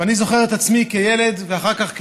ואני זוכר את עצמי כילד ואחר כך כנער,